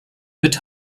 mit